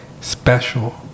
special